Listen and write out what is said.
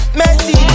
messy